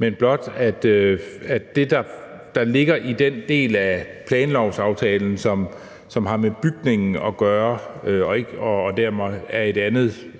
Jeg vil blot sige, at det, der ligger i den del af planlovsaftalen, som har med bygningen gøre, og dermed hører til et andet